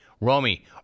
Romy